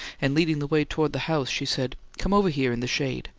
and leading the way toward the house she said come over here in the shade.